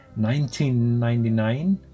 1999